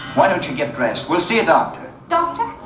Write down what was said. why don't you get dressed, we'll see a doctor. doctor?